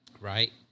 right